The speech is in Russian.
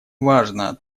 важно